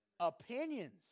opinions